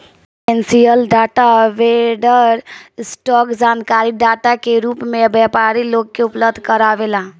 financial data vendor, stock जानकारी data के रूप में व्यापारी लोग के उपलब्ध कारावेला